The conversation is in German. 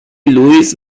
lewis